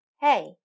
Hey